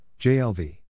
JLV